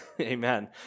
Amen